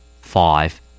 Five